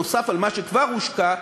נוסף על מה שכבר הושקע,